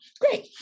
Great